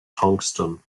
tungsten